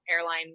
airline